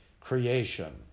creation